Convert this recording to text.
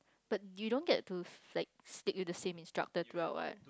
but you don't get to like speak with the same instructor throughout what